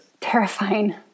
terrifying